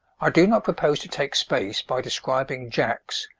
i do not propose to take space by describing jacks,